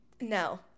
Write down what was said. no